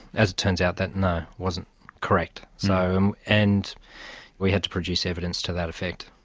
as it turns out, that wasn't correct, so um and we had to produce evidence to that effect.